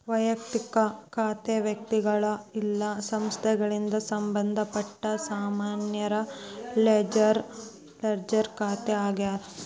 ವಯಕ್ತಿಕ ಖಾತೆ ವ್ಯಕ್ತಿಗಳು ಇಲ್ಲಾ ಸಂಸ್ಥೆಗಳಿಗೆ ಸಂಬಂಧಪಟ್ಟ ಸಾಮಾನ್ಯ ಲೆಡ್ಜರ್ ಖಾತೆ ಆಗ್ಯಾದ